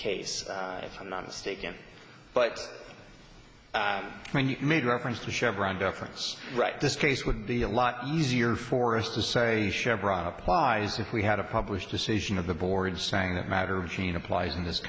case if i'm not mistaken but when you made reference to chevron deference right this case would be a lot easier for us to say chevron applies if we had a published decision of the board saying that matter jean applies in this